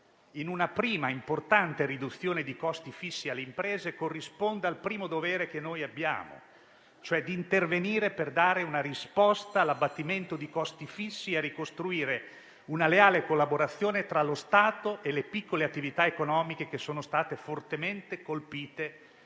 per una prima importante riduzione dei costi fissi delle imprese corrisponda al primo dovere che abbiamo, ossia intervenire per dare una risposta all'abbattimento dei costi fissi e ricostruire una leale collaborazione tra lo Stato e le piccole attività economiche che sono state fortemente colpite